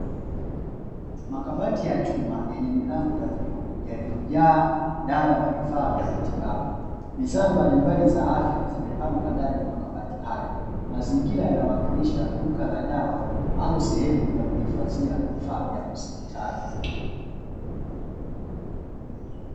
Makabati ya chumayenye milango ya vioo yaliojaa dawa na vifaa mbali mbali vya matibabu bidha mbali mbali za afya zikipamgw kweny makabati hayo mazingira yanawakilisha duka la dawa au sehemu ya kuifadhia vifaa vya hospitali